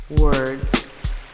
Words